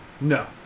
No